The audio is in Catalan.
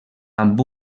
amb